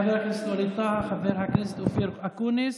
חבר הכנסת ווליד טאהא, חבר הכנסת אופיר אקוניס,